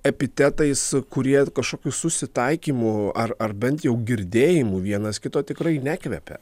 epitetais kurie kažkokiu susitaikymu ar ar bent jau girdėjimu vienas kito tikrai nekvepia